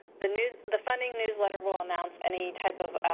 the new the funding newsletter will announce any type of